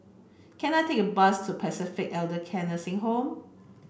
can I take a bus to Pacific Elder Care Nursing Home